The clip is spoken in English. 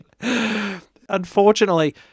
Unfortunately